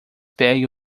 pegue